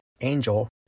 Angel